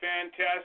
fantastic